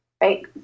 right